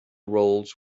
roles